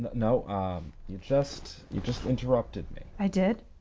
no you just you just interrupted me. i did?